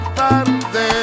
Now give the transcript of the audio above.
tarde